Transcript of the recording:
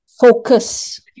Focus